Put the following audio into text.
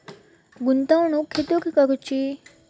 गुंतवणुक खेतुर करूची?